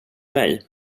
mig